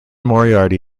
moriarty